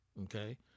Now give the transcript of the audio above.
okay